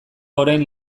orain